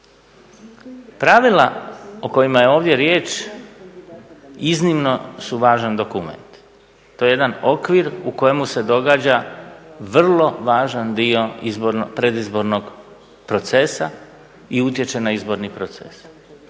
Pravila o kojima je ovdje riječ iznimno su važan dokument. To je jedan okvir u kojemu se događa vrlo važan dio predizbornog procesa i utječe na izborni proces.